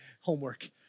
homework